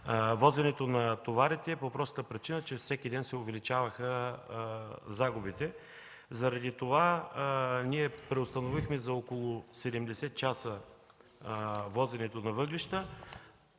возенето на товарите, по простата причина, че всеки ден се увеличаваха загубите. Заради това ние преустановихме за около 70 часа возенето на въглища,